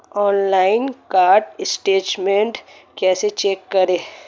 Online card statement कैसे check करें?